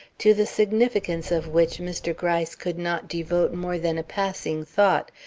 to the significance of which mr. gryce could not devote more than a passing thought,